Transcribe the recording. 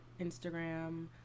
Instagram